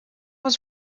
was